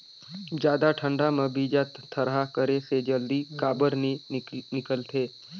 जादा ठंडा म बीजा थरहा करे से जल्दी काबर नी निकलथे?